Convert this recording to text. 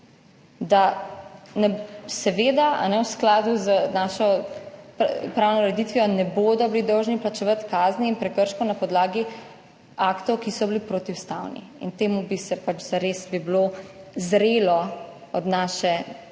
da seveda v skladu z našo pravno ureditvijo ne bodo dolžni plačevati kazni in prekrškov na podlagi aktov, ki so bili protiustavni. Zares bi bilo zrelo od naše